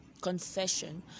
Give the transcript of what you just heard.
confession